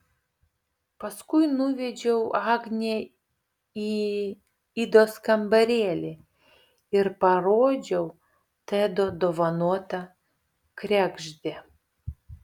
paskui nuvedžiau agnę į idos kambarėlį ir parodžiau tedo dovanotą kregždę